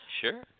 sure